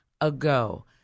ago